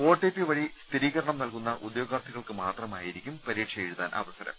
O T P വഴി സ്ഥിരീകരണം നൽകുന്ന ഉദ്യോഗാർ ത്ഥികൾക്ക് മാത്രമായിരിക്കും പരീക്ഷ എഴുതാൻ അവസരം